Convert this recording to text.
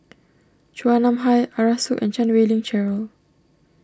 Chua Nam Hai Arasu and Chan Wei Ling Cheryl